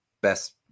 best